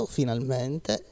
finalmente